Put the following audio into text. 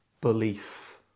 belief